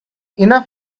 enough